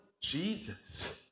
Jesus